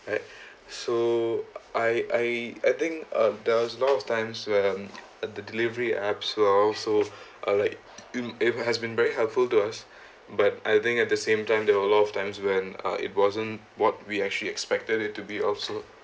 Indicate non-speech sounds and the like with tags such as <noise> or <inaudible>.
and so I I I think uh there was a lot of times where um the delivery apps were also uh like it it has been very helpful to us <breath> but I think at the same time there are a lot of times when uh it wasn't what we actually expected it to be also